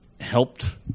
helped